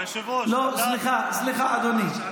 היושב-ראש, לא, סליחה, סליחה, סליחה, אדוני.